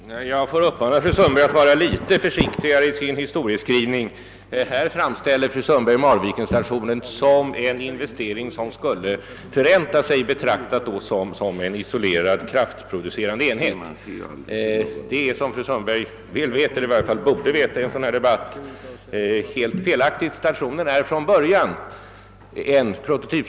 Herr talman! Jag får uppmana fru Sundberg att vara litet försiktigare i sin historieskrivning. Här framställer fru Sundberg Marvikenstationen som en investering, vilken hade varit avsedd alt förränta sig som en isolerad kraftproducerande enhet, men som fru Sund berg väl vet — eller i varje fall borde veta i en debatt av detta slag — är den uppfattningen helt felaktig.